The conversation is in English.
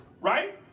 right